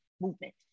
movement